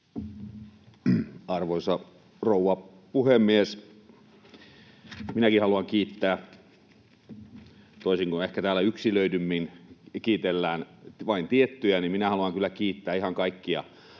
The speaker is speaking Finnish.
Arvoisa rouva puhemies! Minäkin haluan kiittää, mutta toisin kuin täällä ehkä yksilöidymmin kiitellään vain tiettyjä, niin minä haluan kyllä kiittää ihan kaikkia